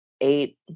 eight